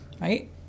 Right